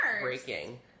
Breaking